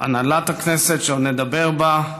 הנהלת הכנסת, שעוד נדבר בה,